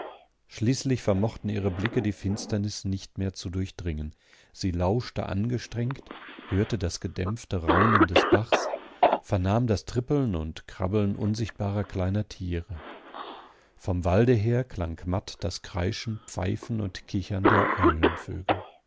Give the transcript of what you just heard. schließlich vermochten ihre blicke die finsternis nicht mehr zu durchdringen sie lauschte angestrengt hörte das gedämpfte raunen des bachs vernahm das trippeln und krabbeln unsichtbarer kleiner tiere vom walde her klang matt das kreischen pfeifen und kichern der